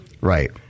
right